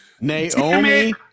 Naomi